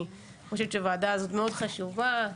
אני חושבת שהוועדה הזאת מאוד חשובה.